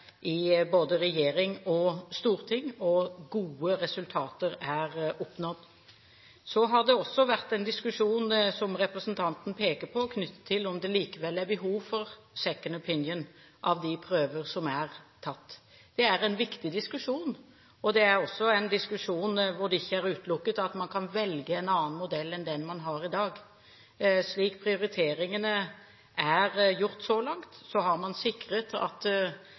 i både regjering og storting, og gode resultater er oppnådd. Så har det også vært en diskusjon, som representanten peker på, knyttet til om det likevel er behov for en «second opinion» av de prøver som er tatt. Det er en viktig diskusjon. Det er også en diskusjon hvor det ikke er utelukket at man kan velge en annen modell enn den man har i dag. Slik prioriteringene har vært så langt, har en sikret at